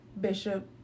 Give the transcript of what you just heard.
Bishop